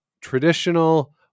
traditional